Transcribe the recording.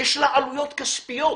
יש לה עלויות כספיות.